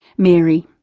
mary.